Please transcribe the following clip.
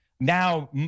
Now